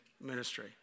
ministry